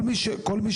כל הטענות --- לא,